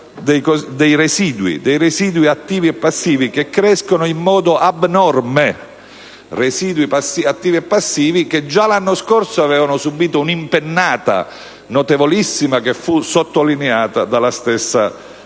dei residui attivi e passivi, che crescono in modo abnorme; residui che già l'anno scorso avevano subito un'impennata notevolissima, sottolineata dalla stessa Corte